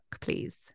please